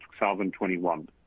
2021